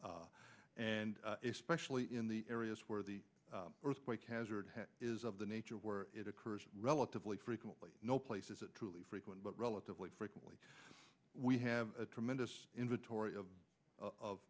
and especially in the areas where the earthquake hazard is of the nature where it occurs relatively frequently no place is it truly frequent but relatively frequently we have a tremendous inventory of